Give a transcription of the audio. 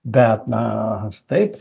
bet na taip